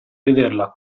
vederla